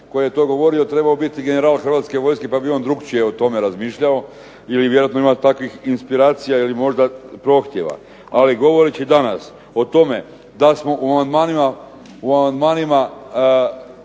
koji je o tome govorio trebao biti general Hrvatske vojske pa bi on drukčije o tome razmišljao, vjerojatno ima takvih inspiracija ili možda prohtjeva, ali govoreći danas o tome da smo u amandmanima